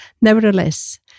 Nevertheless